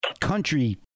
country